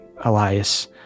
Elias